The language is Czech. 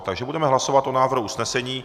Takže budeme hlasovat o návrhu usnesení.